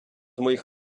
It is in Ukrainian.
моїх